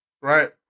right